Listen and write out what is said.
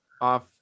off